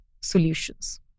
solutions